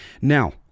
now